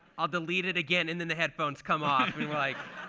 i'll delete it again. and then the headphones come off. i mean like